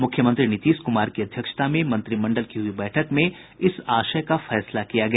मुख्यमंत्री नीतीश कुमार की अध्यक्षता में मंत्रिमंडल की हुई बैठक में इस आशय का फैसला किया गया